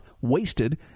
wasted